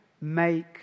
make